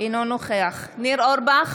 אינו נוכח ניר אורבך,